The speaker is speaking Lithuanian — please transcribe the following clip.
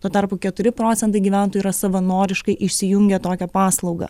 tuo tarpu keturi procentai gyventojų yra savanoriškai išsijungę tokią paslaugą